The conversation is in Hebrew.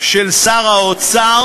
של שר האוצר,